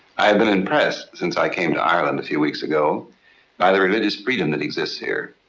i've been impressed since i came to ireland a few weeks ago by the religious freedom that exists here.